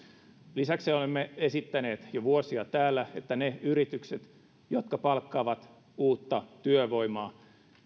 lisäksi olemme esittäneet jo vuosia täällä että ne yritykset jotka palkkaavat uutta työvoimaa